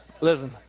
Listen